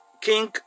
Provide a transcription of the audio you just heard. king